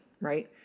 Right